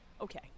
okay